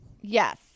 Yes